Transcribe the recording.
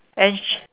and she